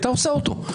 היא הייתה עושה אותו.